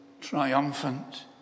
triumphant